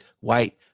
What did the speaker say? white